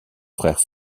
frère